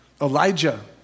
Elijah